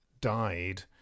died